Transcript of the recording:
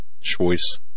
choice